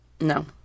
No